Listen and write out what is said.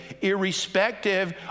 irrespective